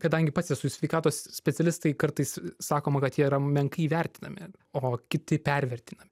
kadangi pats esu sveikatos specialistai kartais sakoma kad jie yra menkai įvertinami o kiti pervertinami